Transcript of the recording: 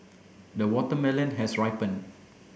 the watermelon has ripened